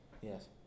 Yes